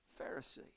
Pharisee